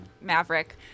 maverick